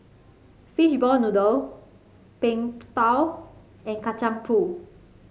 Fishball Noodle Png Tao and Kacang Pool